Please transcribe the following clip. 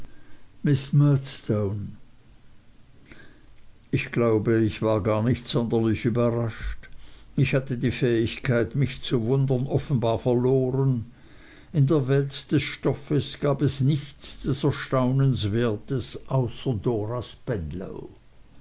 ich glaube ich war gar nicht sonderlich überrascht ich hatte die fähigkeit mich zu wundern offenbar verloren in der welt des stoffes gab es nichts des erstaunens wertes außer